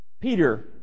Peter